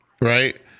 Right